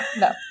no